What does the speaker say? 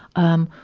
um,